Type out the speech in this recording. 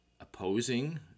Opposing